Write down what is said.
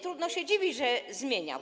Trudno się dziwić, że się zmieniał.